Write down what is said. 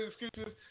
excuses